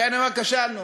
לכן אני אומר: כשלנו,